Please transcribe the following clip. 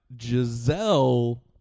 Giselle